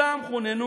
ו"כולם חוננו